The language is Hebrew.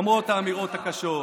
למרות האמירות הקשות.